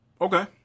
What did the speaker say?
Okay